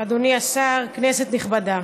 אדוני השר, כנסת נכבדה,